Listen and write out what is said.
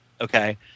okay